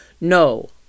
No